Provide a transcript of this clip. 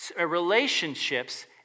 relationships